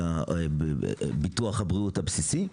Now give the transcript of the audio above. ושל ביטוח הבריאות הבסיסי.